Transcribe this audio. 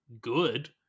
good